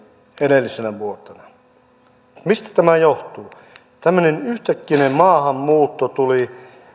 edellisenä vuotena mistä tämä johtuu tämmöinen yhtäkkinen maahanmuutto tuli